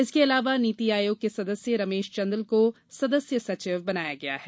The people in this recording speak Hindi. इसके अलावा नीति आयोग के सदस्य रमेश चन्दल को सदस्य सचिव बनाया गया है